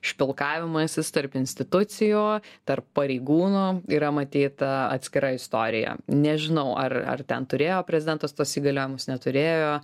špilkavimasis tarp institucijų tarp pareigūnų yra matyt ta atskira istorija nežinau ar ar ten turėjo prezidentas tuos įgaliojimus neturėjo